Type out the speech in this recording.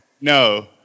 no